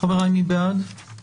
הקורונה החדש (הוראת שעה (הגבלת פעילות